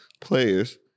players